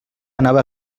anava